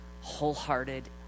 wholehearted